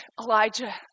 Elijah